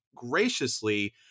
graciously